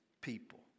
people